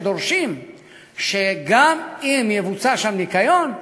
שדורשים שגם אם יבוצע שם ניקיון,